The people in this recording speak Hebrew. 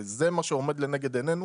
וזה מה שעומד לנגד עינינו